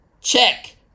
check